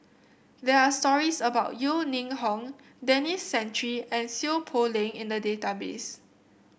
there are stories about Yeo Ning Hong Denis Santry and Seow Poh Leng in the database